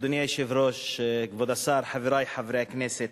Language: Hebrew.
אדוני היושב-ראש, כבוד השר, חברי חברי הכנסת,